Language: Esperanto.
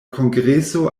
kongreso